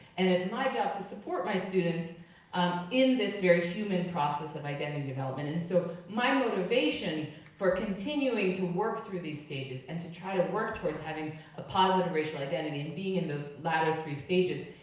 and it's my job to support my students ah in this very human process of identity development. and so my motivation for continuing to work through these stages and to try to work towards having a positive racial identity and being in those latter three stages,